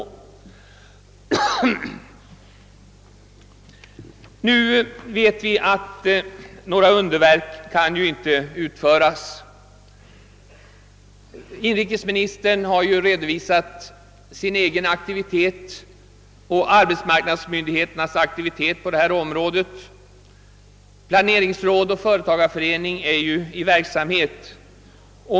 Några underverk kan inte utföras. Inrikesministern har redovisat sin egen och arbetsmarknadsmyndigheternas aktivitet på detta område. Planeringsråd och företagarförening är i verksamhet.